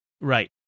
right